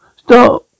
stop